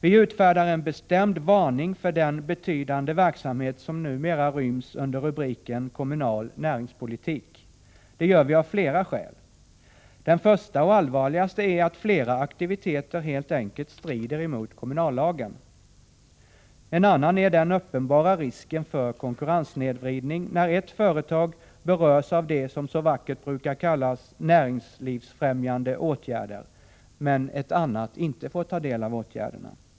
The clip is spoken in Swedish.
Vi utfärdar en bestämd varning för den betydande verksamhet som numera ryms under rubriken kommunal näringspolitik. Det gör vi av flera skäl. Det första och allvarligaste är att flera aktiviteter helt enkelt strider mot kommunallagen. Ett annat är den uppenbara risken för konkurrenssnedvridning när ett företag berörs av det som så vackert brukar kallas ”näringslivsfrämjande åtgärder” men ett annat företag inte får del av åtgärderna.